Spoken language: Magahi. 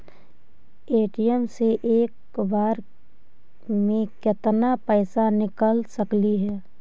ए.टी.एम से एक बार मे केत्ना पैसा निकल सकली हे?